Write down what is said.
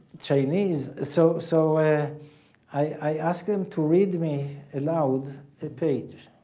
chinese so so i ask them to read me aloud a page.